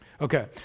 Okay